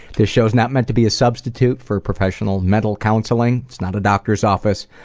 this show is not meant to be a substitute for professional medical counseling it's not a doctor's office,